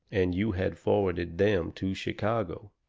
and you had forwarded them to chicago.